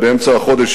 באמצע החודש,